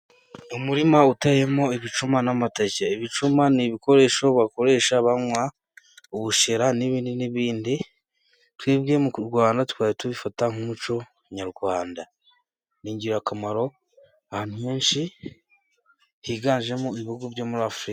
Umurima uteyemo ibicuma n'amateke. Ibicuma ni ibikoresho bakoresha banywa ubushera n'ibindi n'ibindi, twebwe mu Rwanda tukaba tubifata nk'umuco nyarwanda. Ni ingirakamaro ahantu henshi, higanjemo ibihugu byo muri Afurika.